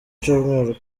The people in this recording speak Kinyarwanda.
cyumweru